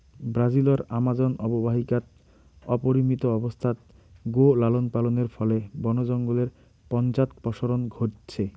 ব্রাজিলর আমাজন অববাহিকাত অপরিমিত অবস্থাত গো লালনপালনের ফলে বন জঙ্গলের পশ্চাদপসরণ ঘইটছে